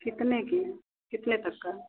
कितने की कितने तक का